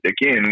Again